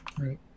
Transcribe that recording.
Right